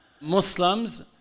Muslims